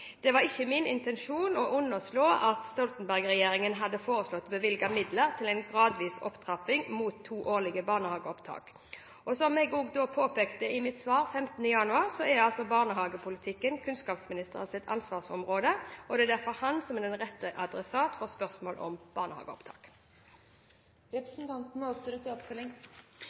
Det var ikke min intensjon å underslå at Stoltenberg-regjeringen hadde foreslått å bevilge midler til en gradvis opptrapping mot to årlige barnehageopptak. Som jeg også påpekte i mitt svar 15. januar, er barnehagepolitikken kunnskapsministerens ansvarsområde. Det er derfor han som er den rette adressat for spørsmål om barnehageopptak.